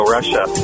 Russia